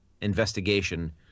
investigation